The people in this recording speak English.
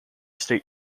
state